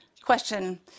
question